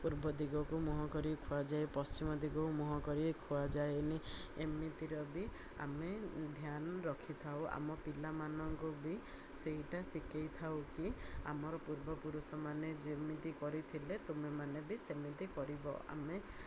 ପୂର୍ବ ଦିଗକୁ ମୁହଁ କରି ଖୁଆଯାଏ ପଶ୍ଚିମ ଦିଗକୁ ମୁହଁ କରି ଖୁଆଯାଏନି ଏମିତିର ବି ଆମେ ଧ୍ୟାନ ରଖିଥାଉ ଆମ ପିଲାମାନଙ୍କୁ ବି ସେଇଟା ଶିଖେଇଥାଉ କି ଆମର ପୂର୍ବପୁରୁଷମାନେ ଯେମିତି କରିଥିଲେ ତମେମାନେ ବି ସେମିତି କରିବ ଆମେ